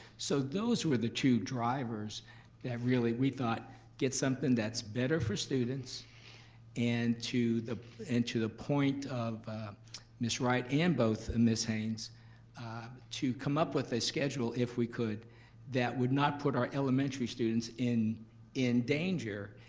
so those were the two drivers that really we thought did something that's better for students and to the and to the point of miss wright and both miss haynes to come up with a schedule if we could that would not put our elementary students in in danger.